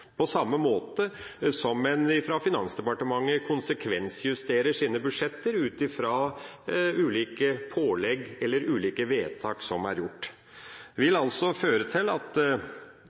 på samme måte som en fra Finansdepartementet konsekvensjusterer sine budsjetter ut fra ulike pålegg eller ulike vedtak som er gjort. Det vil altså føre til at